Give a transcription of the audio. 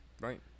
right